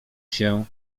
się